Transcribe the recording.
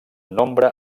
nombre